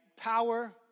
power